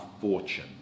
fortune